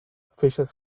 fishes